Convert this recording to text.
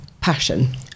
passion